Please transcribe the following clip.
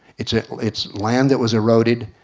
it's it's land that was eroded.